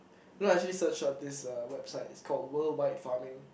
you know I actually search up this uh website is called worldwide farming